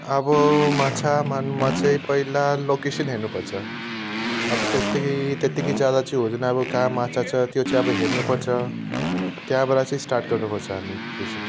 अब माछा मार्नुमा चाहिँ पहिला लोकेसन हेर्नुपर्छ अब त्यस्तै त्यतिकै जाँदा चाहिँ हुँदैन अब कहाँ माछा छ त्यो चाहिँ अब हेर्नुपर्छ त्यहाँबाट चाहिँ स्टार्ट गर्नुपर्छ हामी फिसिङ